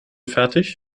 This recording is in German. fertig